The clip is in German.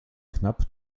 knapp